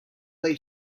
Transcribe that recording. lay